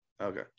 Okay